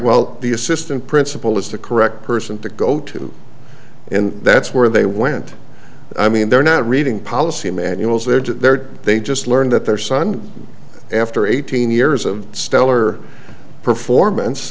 well the assistant principal is the correct person to go to and that's where they went i mean they're not reading policy manuals there they just learned that their son after eighteen years of stellar performance